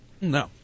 No